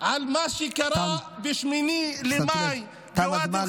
על מה שקרה ב-8 במאי, תם הזמן.